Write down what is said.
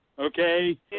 okay